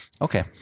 Okay